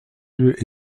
lieu